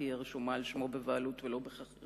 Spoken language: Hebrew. תהיה רשומה על שמו בבעלות ולא בחכירה?